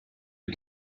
est